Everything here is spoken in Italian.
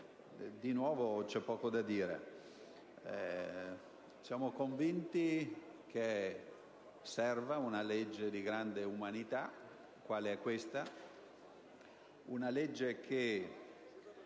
Di nuovo c'è poco da dire. Siamo convinti che serva una legge di grande umanità quale questa: una legge che,